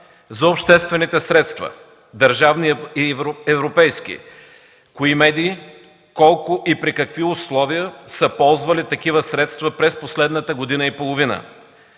за обществените средства – държавни и европейски, кои медии, колко и при какви условия са ползвали такива средства през последната година и половина.